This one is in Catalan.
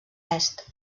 est